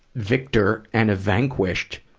victor and a vanquished,